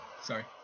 sorry